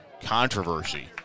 controversy